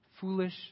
foolish